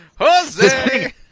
Jose